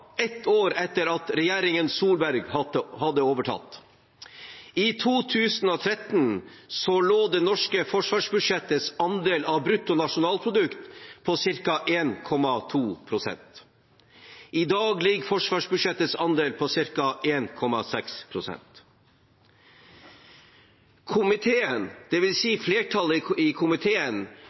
ett år etter at regjeringen Solberg hadde overtatt. I 2013 lå det norske forsvarsbudsjettets andel av bruttonasjonalprodukt på ca. 1,2 pst. I dag ligger forsvarsbudsjettets andel på ca. 1,6 pst. Komiteen, dvs. flertallet i komiteen,